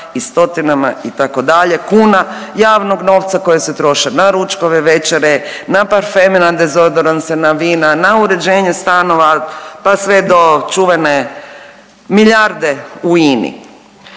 i stotinama itd. kuna javnog novca koji se troše na ručkove, večere, na parfeme, na dezodoranse, na vina, na uređenje stanova, pa sve do čuvene milijarde u